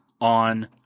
on